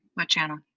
what channel?